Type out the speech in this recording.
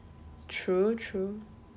true true